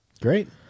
Great